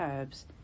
herbs